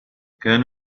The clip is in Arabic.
كان